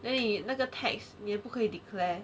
那个 tags 你也不可以 declare